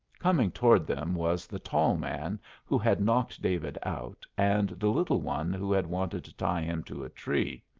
coming toward them was the tall man who had knocked david out, and the little one who had wanted to tie him to a tree.